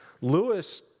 Lewis